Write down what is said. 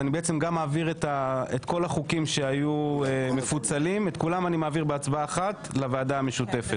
אז אני מעביר את כל החוקים שהיו מפוצלים בהצבעה אחת לוועדה המשותפת.